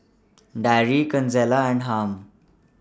Darry Consuela and Harm